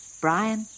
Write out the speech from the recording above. Brian